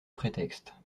prétexte